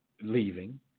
leaving